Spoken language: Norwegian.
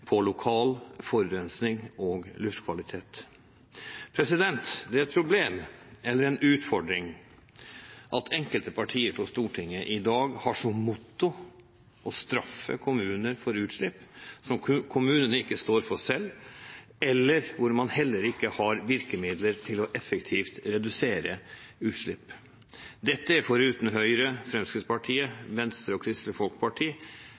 lokal forurensning og luftkvalitet. Det er et problem eller en utfordring at enkelte partier på Stortinget i dag har som motto å straffe kommuner for utslipp som kommunene ikke står for selv, eller hvor man heller ikke har virkemidler til effektivt å redusere utslipp. Dette er foruten Høyre, Fremskrittspartiet, Venstre og Kristelig Folkeparti